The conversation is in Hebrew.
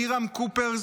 עמירם קופר,